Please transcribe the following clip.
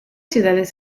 ciudades